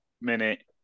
minute